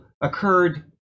occurred